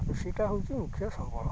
ସେଇଟା ହେଉଛି ମୁଖ୍ୟ ସମ୍ବଳ